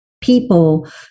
people